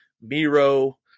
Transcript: Miro